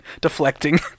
deflecting